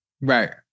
Right